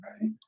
Right